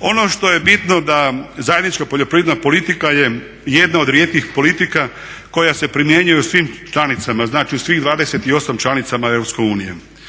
Ono što je bitno da zajednička poljoprivredna politika je jedna od rijetkih politika koja se primjenjuje u svim članicama, znači u svih 28 članicama